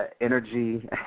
energy